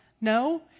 No